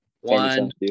one